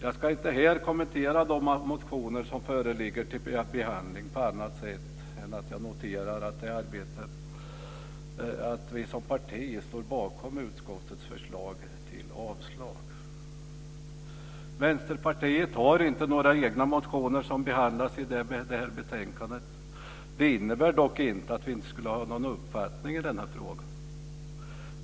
Jag ska inte här kommentera de motioner som föreligger till behandling på annat sätt än att jag noterar att vi som parti står bakom utskottets förslag till avslag. Vänsterpartiet har inte några egna motioner som behandlas i det här betänkandet. Det innebär dock inte att vi inte skulle ha någon uppfattning i denna fråga.